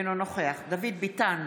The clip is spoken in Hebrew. אינו נוכח דוד ביטן,